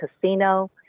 casino